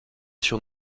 sur